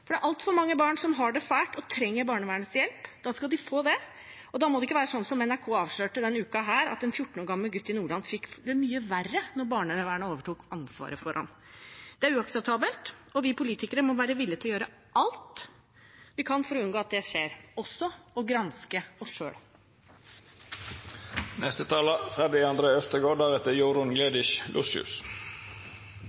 Det er altfor mange barn som har det fælt og trenger barnevernshjelp, da skal de få det. Da må det ikke være sånn som NRK avslørte denne uken, at en 14 år gammel gutt i Nordland fikk det mye verre da barnevernet overtok ansvaret for han. Det er uakseptabelt, og vi politikere må være villige til å gjøre alt vi kan for å unngå at det skjer – også å granske oss